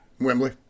Wembley